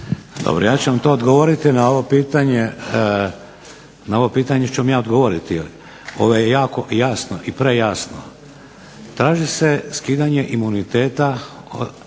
Dobro, ja ću vam to odgovoriti na ovo pitanje, jer ovo je jasno i prejasno. Traži se skidanje imuniteta